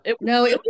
no